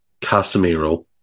Casemiro